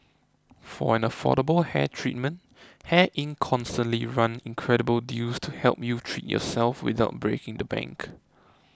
for an affordable hair treatment Hair Inc constantly run incredible deals to help you treat yourself without breaking the bank